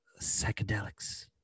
psychedelics